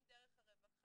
אם דרך הרווחה,